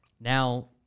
now